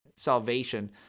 salvation